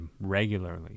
regularly